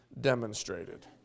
demonstrated